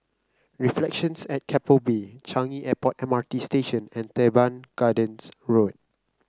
Reflections at Keppel Bay Changi Airport M R T Station and Teban Gardens Road